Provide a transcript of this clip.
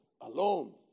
alone